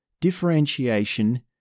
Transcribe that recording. differentiation